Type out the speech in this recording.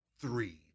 three